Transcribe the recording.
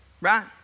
Right